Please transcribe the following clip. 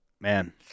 Man